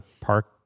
park